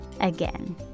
again